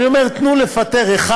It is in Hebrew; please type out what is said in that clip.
אני אומר: תנו לפטר אחד